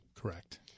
Correct